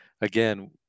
again